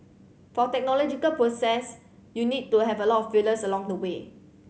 for technological process you need to have a lot of failures along the way